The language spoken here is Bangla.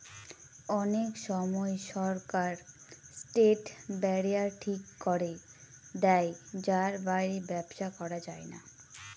অনেক সময় সরকার ট্রেড ব্যারিয়ার ঠিক করে দেয় যার বাইরে ব্যবসা করা যায় না